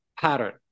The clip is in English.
pattern